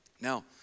now